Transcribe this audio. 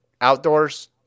outdoors